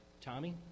Tommy